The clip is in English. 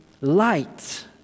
light